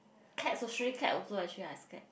cats a stray cat also actually I scared